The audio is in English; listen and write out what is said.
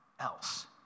else